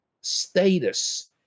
status